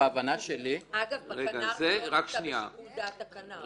בכנ"ר זה לא בשיקול דעת הכנ"ר,